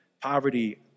poverty